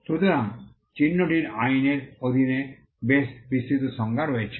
সুতরাং চিহ্নটির আইনের অধীনে বেশ বিস্তৃত সংজ্ঞা রয়েছে